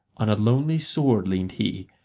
on a lonely sword leaned he,